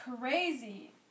crazy